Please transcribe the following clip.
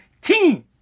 team